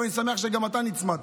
ואני שמח שגם אתה נצמדת,